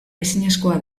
ezinezkoa